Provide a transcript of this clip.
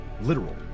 literal